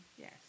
Yes